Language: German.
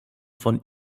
von